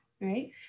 right